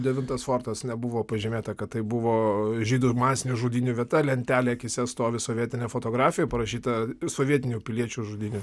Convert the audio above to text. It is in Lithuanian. devintas fortas nebuvo pažymėta kad tai buvo žydų ir masinių žudynių vieta lentelė akyse stovi sovietinė fotografija parašyta sovietinių piliečių žudynės